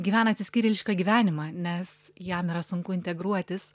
gyvena atsiskyrėlišką gyvenimą nes jam yra sunku integruotis